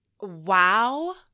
Wow